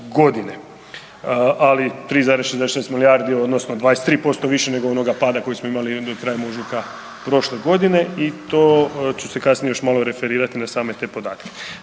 godine. Ali 3,66 milijardi odnosno 23% više nego onoga pada koji smo imali krajem ožujka prošle godine. I to ću se kasnije još malo referirati na same te podatke.